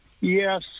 Yes